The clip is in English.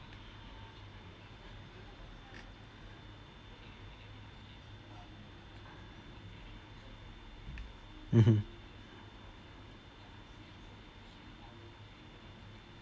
mmhmm